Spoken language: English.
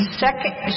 second